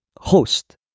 host